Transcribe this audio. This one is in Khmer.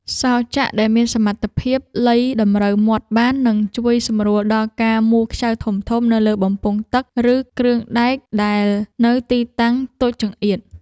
សោរចាក់ដែលមានសមត្ថភាពលៃតម្រូវមាត់បាន នឹងជួយសម្រួលដល់ការមួលខ្ចៅធំៗនៅលើបំពង់ទឹក ឬគ្រឿងដែកដែលនៅទីតាំងតូចចង្អៀត។